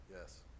Yes